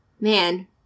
Man